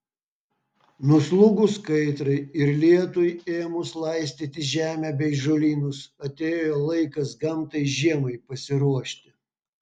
nuslūgus kaitrai ir lietui ėmus laistyti žemę bei žolynus atėjo laikas gamtai žiemai pasiruošti